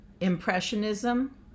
impressionism